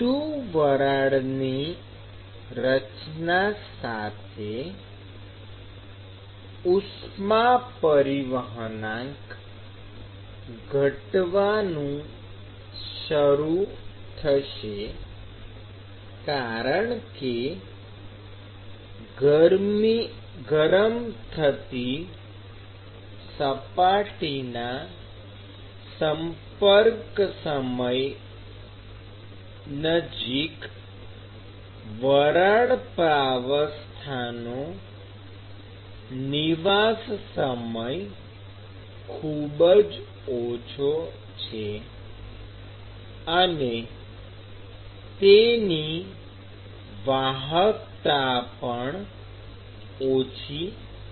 વધુ વરાળની રચના સાથે ઉષ્મા પરિવહનાંક ઘટવાનું શરૂ થશે કારણ કે ગરમ થતી સપાટીના સંપર્ક સમય નજીક વરાળ પ્રાવસ્થાનો નિવાસ સમય ખૂબ જ ઓછો છે અને તેની વાહકતા પણ ઓછી છે